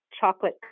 chocolate